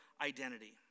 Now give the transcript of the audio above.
identity